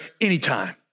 anytime